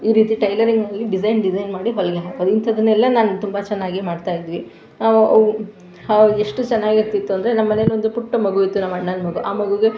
ಈ ರೀತಿ ಟೈಲರಿಂಗಲ್ಲಿ ಡಿಸೈನ್ ಡಿಸೈನ್ ಮಾಡಿ ಹೊಲಿಗೆ ಹಾಕೋದು ಇಂಥದ್ದನ್ನೆಲ್ಲ ನಾನು ತುಂಬ ಚೆನ್ನಾಗಿ ಮಾಡ್ತಾಯಿದ್ವಿ ಆವಾ ಆವಾಗ ಎಷ್ಟು ಚೆನ್ನಾಗಿರ್ತಿತ್ತು ಅಂದರೆ ನಮ್ಮ ಮನೆಲ್ಲೊಂದು ಪುಟ್ಟ ಮಗು ಇತ್ತು ನಮ್ಮ ಅಣ್ಣನ್ ಮಗು ಆ ಮಗುವಿಗೆ